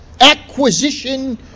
Acquisition